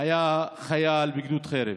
היה חייל בגדוד חרב.